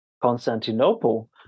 Constantinople